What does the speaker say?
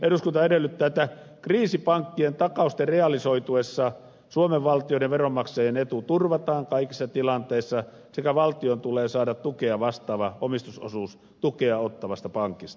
eduskunta edellyttää että kriisipankkien takausten realisoituessa suomen valtion ja veronmaksajien etu turvataan kaikissa tilanteissa sekä valtion tulee saada tukea vastaava omistusosuus tukea ottavasta pankista